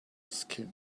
skin